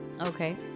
okay